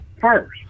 first